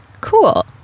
Cool